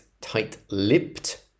tight-lipped